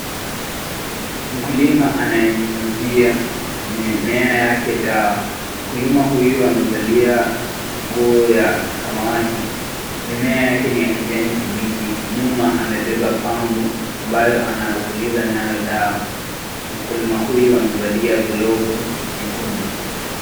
Mkulima anayenyunyuzia mimea yake dawa, mkulima huyo amevalia nguo ya samawati, mimea yake ni ya kijani kibichi, nyuma amebeba pambu, ambayo anayopuliza nayo dawa. Mkulima huyo amevalia glovu nyekundu.